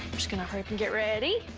just gonna hurry up and get ready.